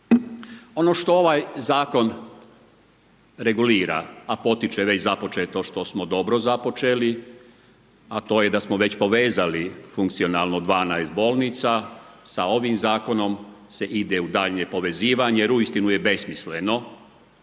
Ono što ovaj zakon regulira, a …/Govornik se ne razumije./… i započeto što smo dobro započeli, a to je da smo već povezli, funkcionalno 12 bolnica, sa ovim zakonom se ide u daljnje povezivanje, jer uistinu je besmisleno,